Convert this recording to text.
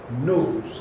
knows